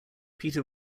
peter